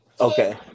Okay